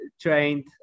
trained